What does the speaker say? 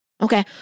Okay